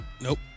nope